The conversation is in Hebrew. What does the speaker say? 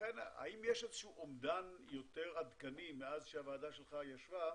האם יש אומדן עדכני יותר מאז שהוועדה שלך ישבה,